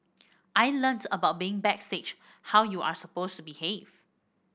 I learnt about being backstage how you are supposed to behave